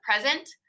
present